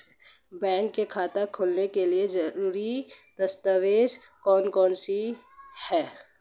Bank खाता खोलने के लिए ज़रूरी दस्तावेज़ कौन कौनसे हैं?